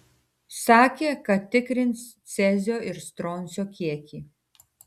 sakė kad tikrins cezio ir stroncio kiekį